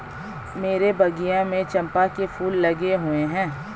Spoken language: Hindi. मेरे बगिया में चंपा के फूल लगे हुए हैं